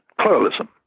pluralism